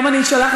היום אני שולחת,